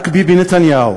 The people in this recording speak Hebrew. רק ביבי נתניהו.